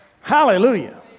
Hallelujah